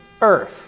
earth